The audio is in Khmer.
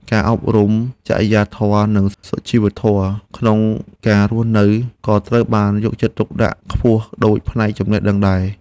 ការអប់រំចរិយាធម៌និងសុជីវធម៌ក្នុងការរស់នៅក៏ត្រូវបានយកចិត្តទុកដាក់ខ្ពស់ដូចផ្នែកចំណេះដឹងដែរ។